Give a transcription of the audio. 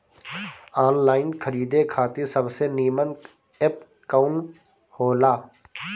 Online खरीदे खातिर सबसे नीमन एप कवन हो ला?